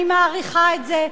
אני מעריכה את זה.